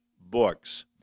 books